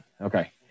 okay